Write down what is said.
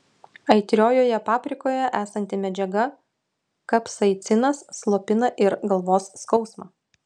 aitriojoje paprikoje esanti medžiaga kapsaicinas slopina ir galvos skausmą